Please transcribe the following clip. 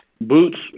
Boots